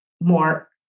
More